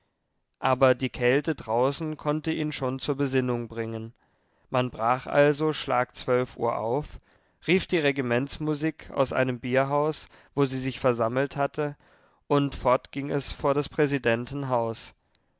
aber die kälte draußen konnte ihn schon zur besinnung bringen man brach also schlag zwölf uhr auf rief die regimentsmusik aus einem bierhaus wo sie sich versammelt hatte und fort ging es vor des präsidenten haus